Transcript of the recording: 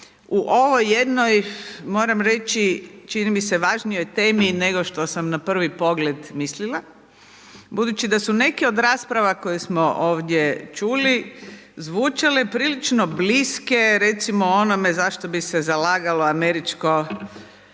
u ovoj jednoj moram reći čini mi se važnijoj temi nego što sam na prvi pogled mislila, budući da su neke od rasprava koje smo ovdje čuli zvučale prilično bliske recimo onome za što bi se zalagalo američko